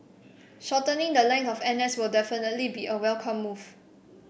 shortening the length of N S will definitely be a welcome move